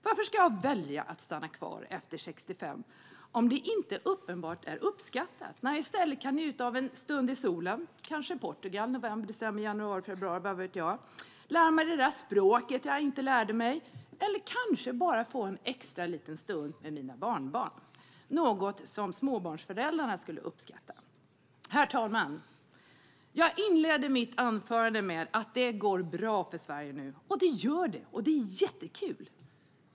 Varför ska jag välja att stanna kvar efter 65 om det uppenbart inte uppskattas, när jag i stället kan njuta av en stund i solen, kanske Portugal i november till februari, lära mig det där språket jag inte lärde mig eller bara få en extra stund med mina barnbarn - något som småbarnsföräldrarna skulle uppskatta? Herr talman! Jag inledde mitt anförande med att det går bra för Sverige nu, och det gör det. Och det är jättekul!